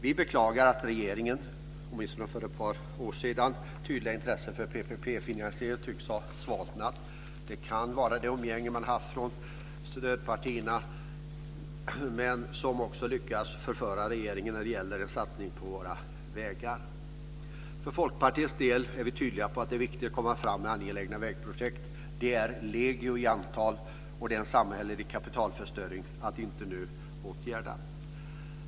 Vi beklagar att regeringens, åtminstone för ett par år sedan, tydliga intresse för PPP-finansiering tycks ha svalnat. Det kan bero på umgänget med de s.k. stödpartierna, som också lyckats förföra regeringen när det gäller en satsning på våra vägar. För Folkpartiets del är vi tydliga med att det är viktigt att komma fram med angelägna vägprojekt. De är legio i antal. Och det är en samhällelig kapitalförstöring att inte åtgärda detta nu.